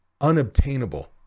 unobtainable